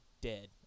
dead